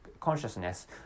consciousness